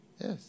Yes